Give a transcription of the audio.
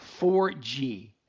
4G